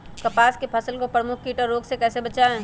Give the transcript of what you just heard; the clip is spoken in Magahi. कपास की फसल को प्रमुख कीट और रोग से कैसे बचाएं?